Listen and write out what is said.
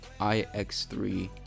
iX3